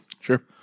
Sure